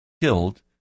killed